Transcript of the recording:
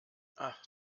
ach